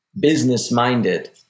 business-minded